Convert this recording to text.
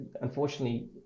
unfortunately